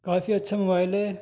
کافی اچھا موبائل ہے